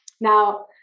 Now